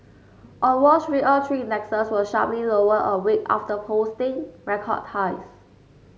on Wall Street all three indexes were sharply lower a week after posting record highs